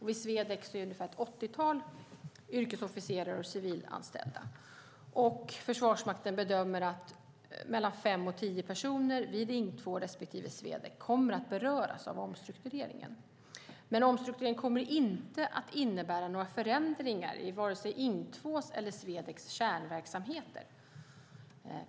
Vid Swedec finns ett åttiotal yrkesofficerare och civilanställda. Försvarsmakten bedömer att mellan fem och tio personer vid Ing 2 respektive Swedec kommer att beröras av omstruktureringen. Omstruktureringen kommer dock inte att innebära några förändringar i vare sig Ing 2:s eller Swedecs kärnverksamheter.